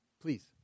Please